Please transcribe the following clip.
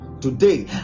today